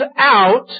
out